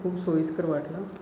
तो खूप सोयीस्कर वाटला